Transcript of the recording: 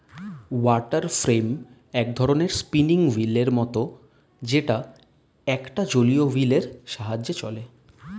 water frame এক ধরণের spinning wheel এর মতন যেটা একটা জলীয় হুইল এর সাহায্যে চলে